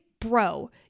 bro